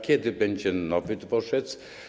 Kiedy będzie nowy dworzec?